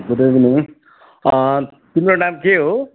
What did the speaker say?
good evening तिम्रो नाम के हो